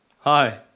Hi